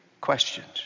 questions